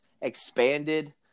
expanded